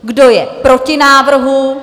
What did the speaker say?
Kdo je proti návrhu?